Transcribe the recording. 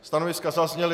Stanoviska zazněla.